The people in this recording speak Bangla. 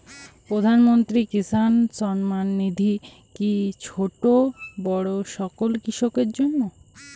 প্রধানমন্ত্রী কিষান সম্মান নিধি কি ছোটো বড়ো সকল কৃষকের জন্য?